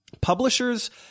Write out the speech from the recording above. Publishers